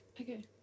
okay